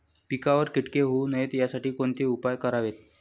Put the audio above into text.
पिकावर किटके होऊ नयेत यासाठी कोणते उपाय करावेत?